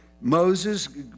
moses